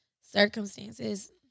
circumstances